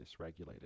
dysregulated